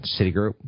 Citigroup